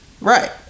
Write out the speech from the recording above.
right